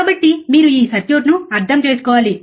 కాబట్టి మీరు ఈ సర్క్యూట్ను అర్థం చేసుకోవాలి